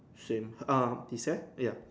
same um this ya ya